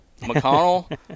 McConnell